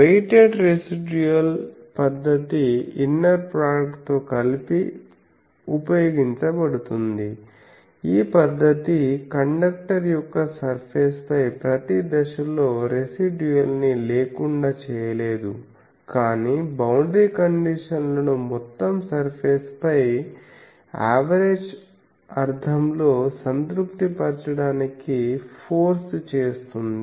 weighted residual పద్ధతి inner product తో కలిపి ఉపయోగించబడుతుంది ఈ పద్దతి కండక్టర్ యొక్క సర్ఫేస్ పై ప్రతి దశలో రెసిడ్యుయల్ ని లేకుండా చేయలేదు కానీ బౌండరీ కండిషన్ లను మొత్తం సర్ఫేస్ పై అవేరేజ్ అర్థంలో సంతృప్తి పరచడానికి ఫోర్స్ చేస్తుంది